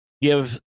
give